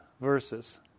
verses